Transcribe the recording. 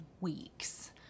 weeks